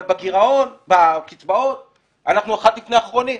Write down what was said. אבל בקצבאות אנחנו אחד לפני אחרון.